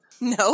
No